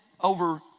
over